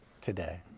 today